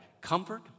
comfort